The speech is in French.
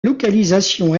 localisation